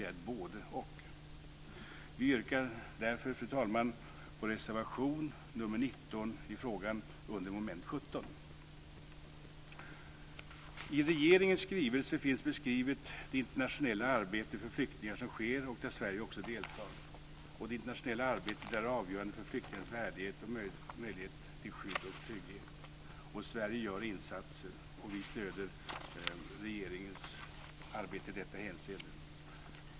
Det är ett både och. Fru talman! Jag yrkar därför bifall till reservation I regeringens skrivelse beskrivs det internationella arbetet för flyktingar som sker och där Sverige också deltar. Det internationella arbetet är avgörande för flyktingarnas värdighet och möjlighet till skydd och trygghet. Och Sverige gör insatser, och vi stöder regeringens arbete i detta hänseende.